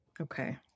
Okay